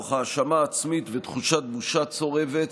תוך האשמה עצמית ותחושת בושה צורבת,